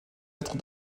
être